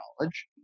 knowledge